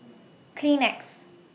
Kleenex